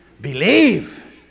Believe